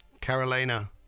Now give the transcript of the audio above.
Carolina